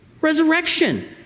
resurrection